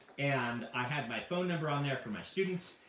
and i had my phone number on there for my students,